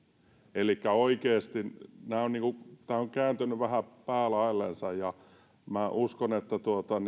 elikkä oikeasti tämä on kääntynyt vähän päälaellensa ja minä uskon että